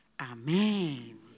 Amen